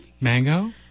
Mango